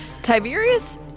Tiberius